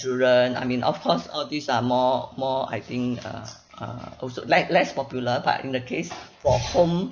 insurance I mean of course all these are more more I think uh uh also le~ less popular but in the case for home